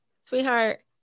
sweetheart